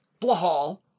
Blahal